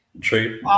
True